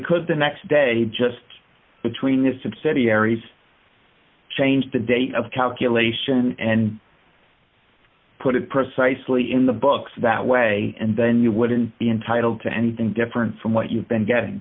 could the next day just between the subsidiaries change the date of calculation and put it precisely in the books that way and then you wouldn't be entitled to anything different from what you've been getting